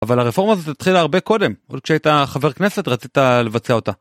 אבל הרפורמה הזאת התחילה הרבה קודם, עוד שהיית חבר כנסת רצית לבצע אותה.